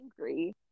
angry